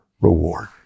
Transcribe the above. reward